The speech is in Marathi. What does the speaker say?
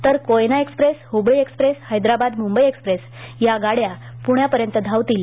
तर Koyna express Hubli express Hyderabad Mumbai express या गाड्या पुण्या पर्यंत धावतील